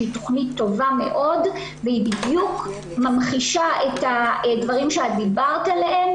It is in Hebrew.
שהיא תכנית טובה וממחישה את הדברים שאת דיברת עליהם,